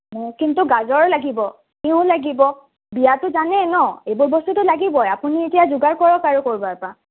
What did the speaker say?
মোক কিন্তু গাজৰো লাগিব তিয়ঁহো লাগিব বিয়াততো জানেই ন' এইবোৰ বস্তুতো লাগিবই আপুনি এতিয়া যোগাৰ কৰক আৰু ক'ৰবাৰ পৰা